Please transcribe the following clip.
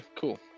cool